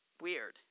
weird